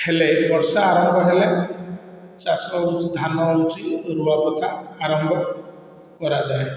ହେଲେ ବର୍ଷା ଆରମ୍ଭ ହେଲେ ଚାଷ ହଉଛି ଧାନ ହଉଛି ରୁଆ ପୋତା ଆରମ୍ଭ କରାଯାଏ